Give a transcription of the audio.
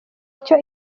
icyo